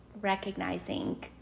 recognizing